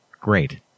Great